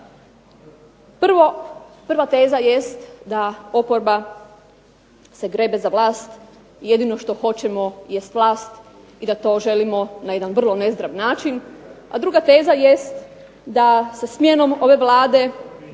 Prva teza jest da oporba se grebe za vlast, jedino što hoćemo jest vlast i da to želimo na jedan vrlo nezdrav način, a druga teza jest da bi smjenom ove Vlade